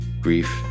Grief